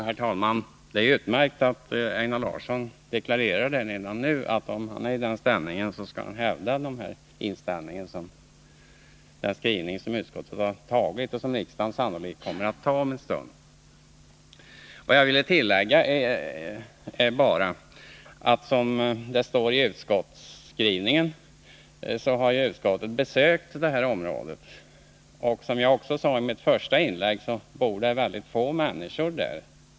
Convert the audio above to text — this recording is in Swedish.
Herr talman! Det är utmärkt att Einar Larsson redan nu deklarerar att han vid en eventuell behandling av nya förslag om ianspråktaganden av nationalparker skall hävda den inställning som utskottet nu har och som riksdagen om en stund sannolikt kommer att ansluta sig till. Utskottet har, enligt utskottsskrivningen, besökt det aktuella området. Som jag sade i mitt första inlägg bor det i och för sig mycket få människor där.